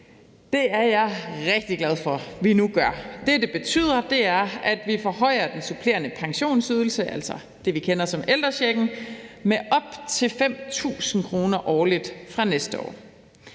Det er jeg rigtig glad for at vi nu gør. Det, det betyder, er, at vi forhøjer den supplerende pensionsydelse, altså det, vi kender som ældrechecken, med op til 5.000 kr. årligt fra næste år.